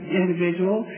individual